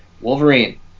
wolverine